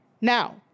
Now